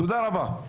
תודה רבה.